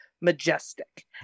majestic